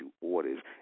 orders